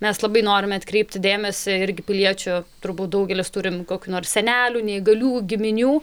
mes labai norime atkreipti dėmesį irgi piliečių turbūt daugelis turim kokių nors senelių neįgalių giminių